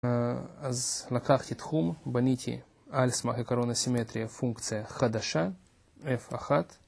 אז לקחתי תחום, בניתי על סמך עקרון הסימטריה פונקציה חדשה, f1